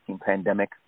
pandemic